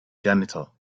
janitor